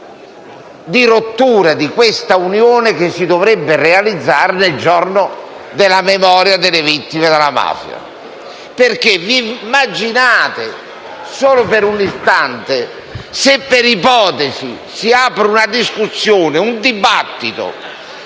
di rottura di questa unione che si dovrebbe realizzare nel giorno in memoria delle vittime della mafia. Immaginate solo per un istante se, per ipotesi, si aprisse una discussione, un dibattito,